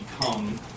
become